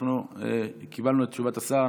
אנחנו קיבלנו את תשובת השר.